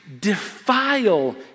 defile